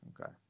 okay